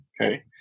okay